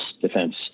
defense